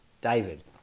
David